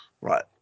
Right